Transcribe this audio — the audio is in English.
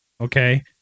okay